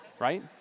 right